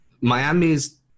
Miami's